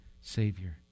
Savior